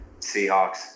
Seahawks